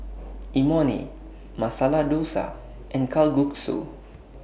Imoni Masala Dosa and Kalguksu